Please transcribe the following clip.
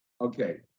okay